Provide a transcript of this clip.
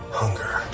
hunger